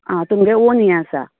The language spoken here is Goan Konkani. आं तुमगे ऑन यें आसा